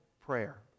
prayer